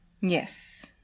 Yes